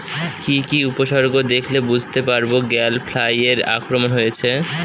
কি কি উপসর্গ দেখলে বুঝতে পারব গ্যাল ফ্লাইয়ের আক্রমণ হয়েছে?